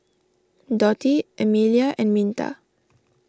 Dotty Emelia and Minta